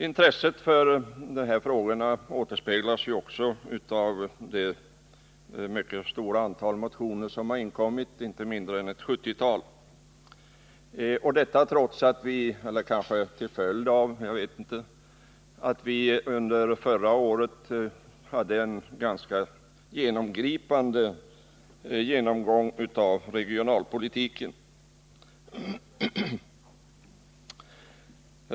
Intresset för dessa frågor återspeglas också i ett mycket stort antal motioner, inte mindre än ett sjuttiotal — detta trots eller kanske till följd av att vi förra året företog en ganska ingående genomgång av regionalpolitiken.